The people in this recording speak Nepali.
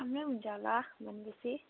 राम्रै हुन्छ होला भनेपछि